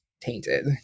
tainted